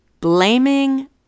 blaming